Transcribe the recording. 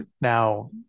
now